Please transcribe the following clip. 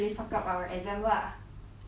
ya lah okay lah 而且